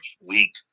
week